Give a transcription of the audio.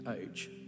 age